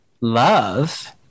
love